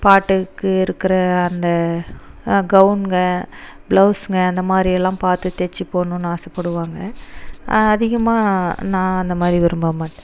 பாட்டுக்கு இருக்கிற அந்த கவுனுங்க பிளவுஸுங்க அந்த மாதிரி எல்லாம் பார்த்து தைச்சு போடணுன்னு ஆசைப்படுவாங்க அதிகமாக நான் அந்த மாதிரி விரும்ப மாட்டேன்